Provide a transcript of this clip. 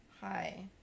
hi